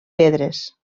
pedres